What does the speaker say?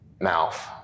mouth